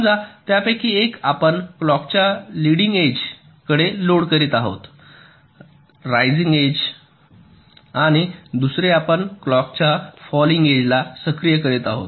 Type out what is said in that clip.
समजा त्यापैकी एक आपण क्लॉक च्या लिडिंग एज कडे लोड करीत आहोत रायजिंग एज आणि दुसरे आपण क्लॉक च्या फॉलिंग एज ला सक्रिय करीत आहोत